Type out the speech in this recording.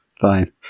Fine